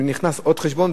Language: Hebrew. אם נכנס עוד חשבון.